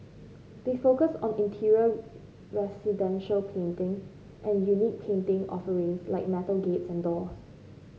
they focus on interior residential painting and unique painting offerings like metal gates and doors